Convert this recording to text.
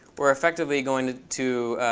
we're effectively going to